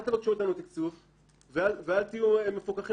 אל תבקשו מאיתנו תקצוב ואל תהיו מפוקחים